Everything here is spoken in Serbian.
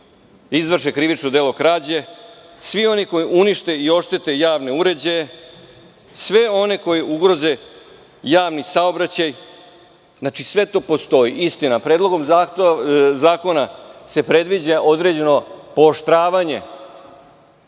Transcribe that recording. izvrše krivično delo krađe, svih onih koji unište i oštete javne uređaje, svih onih koji ugroze javni saobraćaj. Istina, Predlogom zakona se predviđa određeno pooštravanje,